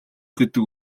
гэдэг